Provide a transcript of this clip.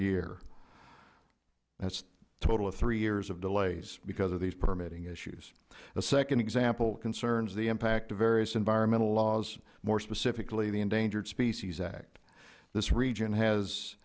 year that's a total of three years of delays because of these permitting issues the second example concerns the impact to various environmental laws more specifically the endangered species act this region has